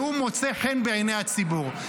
והוא מוצא חן בעיני הציבור.